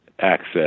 access